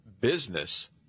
business